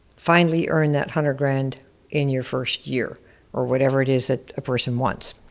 finally earn that hundred grand in your first year or whatever it is that a person wants,